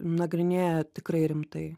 nagrinėja tikrai rimtai